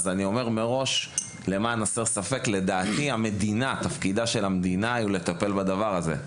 אז מראש אני אומר שלדעתי זה תפקידה של המדינה לטפל בדבר הזה.